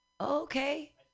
Okay